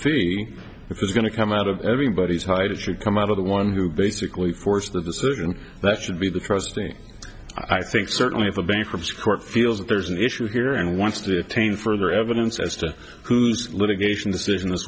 of the fee is going to come out of everybody's hide it should come out of the one who basically force the decision that should be the trusting i think certainly if a bankruptcy court feels that there's an issue here and wants to attain further evidence as to who's litigation decision